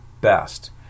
best